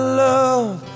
love